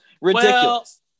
ridiculous